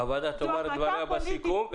הוועדה תאמר את דברה בסיכום,